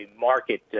market